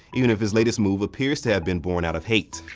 even if his latest move appears to have been born out of hate.